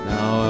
Now